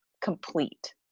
complete